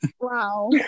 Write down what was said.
Wow